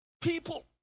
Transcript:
people